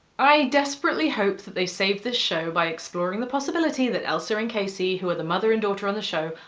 i desperately hope that they save this show by exploring the possibility that elsa and casey, who are the mother and daughter on the show,